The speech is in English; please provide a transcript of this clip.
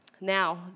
Now